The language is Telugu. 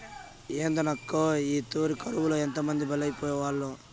ఏందోనక్కా, ఈ తూరి కరువులో ఎంతమంది బలైపోవాల్నో